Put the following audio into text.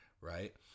Right